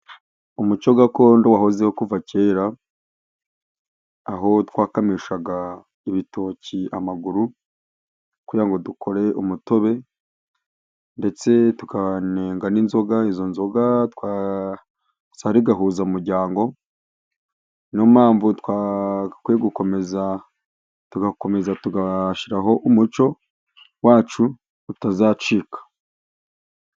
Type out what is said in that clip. Umuco gakondo wahozeho kuva kera aho twakamishaga ibitoki amaguru kugira ngo dukore umutobe, ndetse tukanenga n'inzoga izo nzoga zari gahuza muryango ni yo mpamvu twakwiye gukomeza tugakomeza tugashyiraho umuco wacu utazacika.